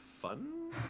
fun